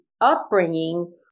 upbringing